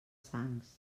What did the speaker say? sangs